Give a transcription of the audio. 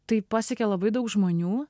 tai pasiekė labai daug žmonių